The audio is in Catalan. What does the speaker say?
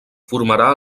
formarà